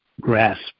grasp